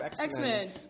X-Men